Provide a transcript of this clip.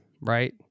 right